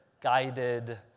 guided